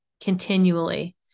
continually